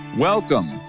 Welcome